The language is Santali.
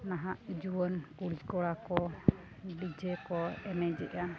ᱱᱟᱦᱟᱜ ᱡᱩᱣᱟᱹᱱ ᱠᱩᱲᱤᱼᱠᱚᱲᱟ ᱠᱚ ᱰᱤᱡᱮ ᱠᱚ ᱮᱱᱮᱡᱮᱜᱼᱟ